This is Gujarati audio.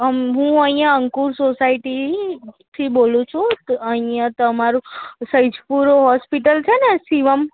આમ હું અહીંયા અંકુર સોસાયટીથી બોલું છું તો અહીંયા તમારું સૈજપુર હોસ્પિટલ છે ને શિવમ